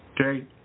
Okay